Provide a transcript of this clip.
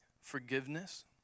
forgiveness